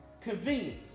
Convenience